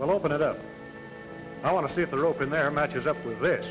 will open it up i want to see if they're open their matches up with